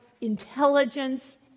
intelligence